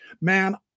Man